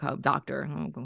doctor